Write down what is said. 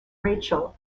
rachel